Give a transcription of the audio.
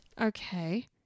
Okay